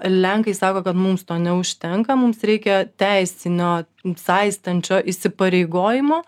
lenkai sako kad mums to neužtenka mums reikia teisinio saistančio įsipareigojimo